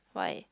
why